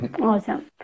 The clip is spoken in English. awesome